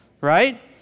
Right